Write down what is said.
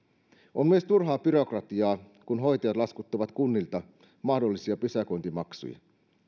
on myös turhaa byrokratiaa kun hoitajat laskuttavat kunnilta mahdollisia pysäköintimaksuja